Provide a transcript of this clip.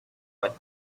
were